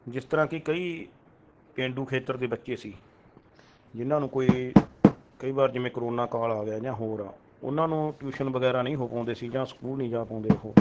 ਜਿਸ ਤਰ੍ਹਾਂ ਕਿ ਕਈ ਪੇਂਡੂ ਖੇਤਰ ਦੇ ਬੱਚੇ ਸੀ ਜਿਨਾਂ ਨੂੰ ਕਈ ਵਾਰ ਜਿਵੇਂ ਕਰੋਨਾ ਕਾਲ ਆ ਗਿਆ ਜਾਂ ਹੋਰ ਆ ਉਹਨਾਂ ਨੂੰ ਟਿਊਸ਼ਨ ਵਗੈਰਾ ਨਹੀਂ ਹੋ ਪਾਉਂਦੇ ਸੀ ਜਾਂ ਸਕੂਲ ਨਹੀਂ ਜਾ ਪਾਉਂਦੇ ਉਹ